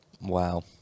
Wow